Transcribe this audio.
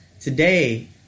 today